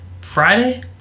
Friday